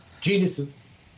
Geniuses